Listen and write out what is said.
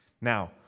Now